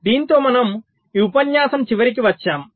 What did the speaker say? దీనితో మనము ఈ ఉపన్యాసం చివరికి వచ్చాము